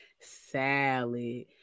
salad